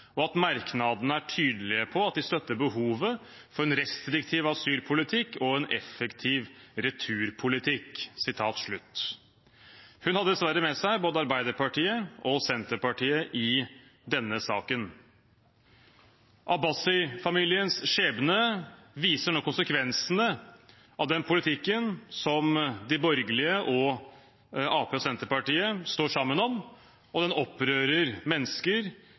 og at merknadene er tydelige på at de støtter behovet for en restriktiv asylpolitikk og en effektiv returpolitikk.» Hun hadde dessverre med seg både Arbeiderpartiet og Senterpartiet i denne saken. Abbasi-familiens skjebne viser nå konsekvensene av den politikken som de borgerlige og Arbeiderpartiet og Senterpartiet står sammen om. Den opprører mennesker